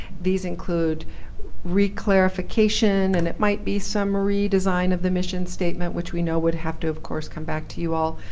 these include re-clarificaiton, and it might be some redesign of the mission statement, which we know would have to, of course, come back to you all.